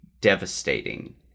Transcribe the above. devastating